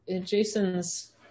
Jason's